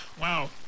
Wow